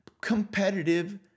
competitive